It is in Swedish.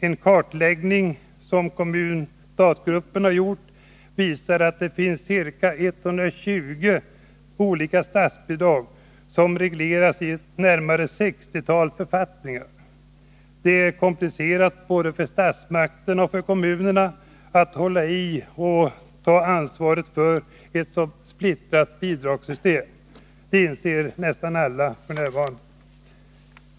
En kartläggning som stat-kommun-gruppen gjort visar att det finns ca 120 olika statsbidrag som regleras i närmare 60-talet författningar. Det är komplicerat både för statsmakterna och för kommunerna att hålla i och ta ansvaret för ett så splittrat bidragssystem. Det inser nästan alla.